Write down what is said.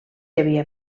havia